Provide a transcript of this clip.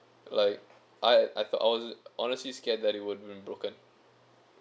like I I thought I was honestly scared that it would be broken